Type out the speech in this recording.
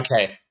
Okay